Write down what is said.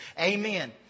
Amen